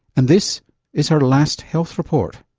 and this is her last health report.